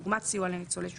דוגמת סיוע לניצולי שואה,